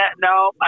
no